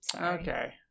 okay